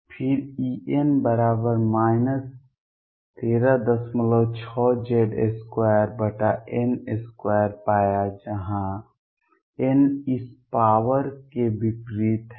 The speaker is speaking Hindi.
फिर En 136Z2n2 पाया जहां n इस पॉवर के विपरीत है